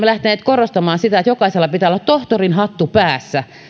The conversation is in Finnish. lähteneet korostamaan sitä että jokaisella pitää olla tohtorinhattu päässä